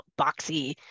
boxy